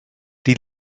die